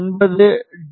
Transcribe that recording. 9 D